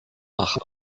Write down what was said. nach